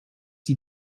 die